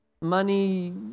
Money